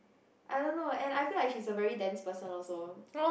I don't know and I feel like she is a very tense person also